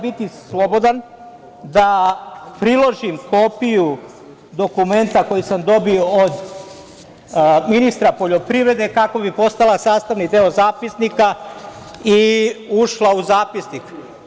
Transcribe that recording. Biću slobodan da priložim kopiju dokumenta koji sam dobio od ministra poljoprivrede kako bi postala sastavni deo zapisnika i ušla u zapisnik.